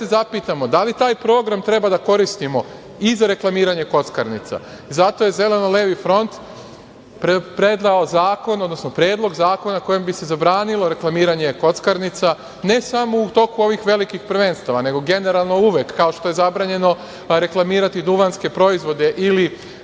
zapitamo - da li taj program treba da koristimo i za reklamiranje kockarnica? Zato je Zeleni-levi front predao zakon, odnosno predlog zakona kojim bi se zabranilo reklamiranje kockarnica, ne samo u toku ovih velikih prvenstava, nego generalno uvek, kao što je zabranjeno reklamirati duvanske proizvode ili